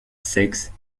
sexe